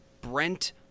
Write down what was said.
Brent